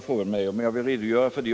Fru talman!